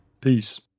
Peace